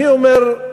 אני אומר,